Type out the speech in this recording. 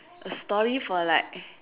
a story for like